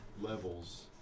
levels